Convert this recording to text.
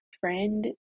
friend